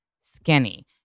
skinny